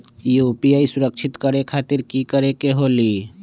UPI सुरक्षित करे खातिर कि करे के होलि?